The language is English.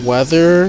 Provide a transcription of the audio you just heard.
Weather